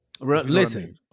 Listen